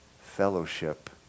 fellowship